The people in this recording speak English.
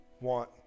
want